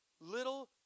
little